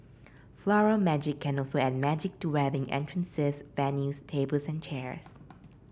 Floral Magic can also add magic to wedding entrances venues tables and chair